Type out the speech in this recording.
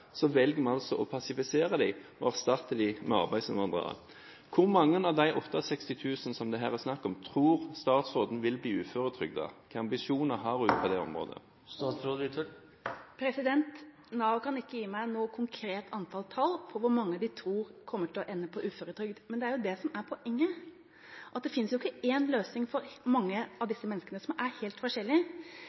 velger man altså å passivisere dem og erstatte dem med arbeidsinnvandrere. Hvor mange av de 68 000 som det her er snakk om, tror statsråden vil bli uføretrygdet? Hvilke ambisjoner har hun på det området? Nav kan ikke gi meg noe konkret antall tall på hvor mange de tror kommer til å ende på uføretrygd, men det er jo det som er poenget: Det finnes ikke én løsning for mange av disse menneskene, som er helt